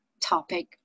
topic